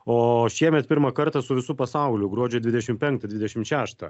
o šiemet pirmą kartą su visu pasauliu gruodžio dvidešim penktą dvidešimt šeštą